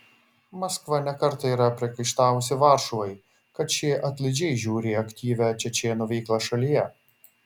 maskva ne kartą yra priekaištavusi varšuvai kad ši atlaidžiai žiūri į aktyvią čečėnų veiklą šalyje